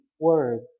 word